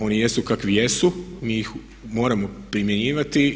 Oni jesu kakvi jesu, mi ih moramo primjenjivati.